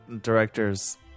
directors